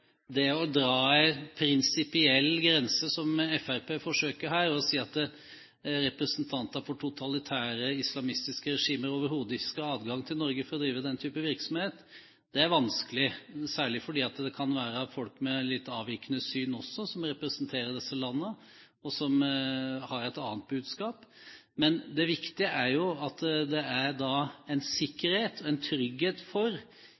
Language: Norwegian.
vanskelig å dra en prinsipiell grense, som Fremskrittspartiet forsøker her, og si at representanter for totalitære islamistiske regimer overhodet ikke skal ha adgang til Norge for å drive den type virksomhet, særlig fordi det også kan være folk med litt avvikende syn som representerer disse landene, og som har et annet budskap. Men det viktige er at de som faktisk er i Norge som flyktninger, og som har opphold i Norge på lovlig vis, har en